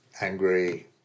angry